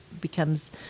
becomes